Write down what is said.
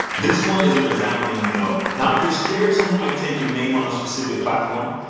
this one is a resounding no. now if you're scared someone might take your name on a specific platform,